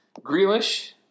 Grealish